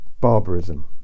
Barbarism